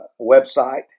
website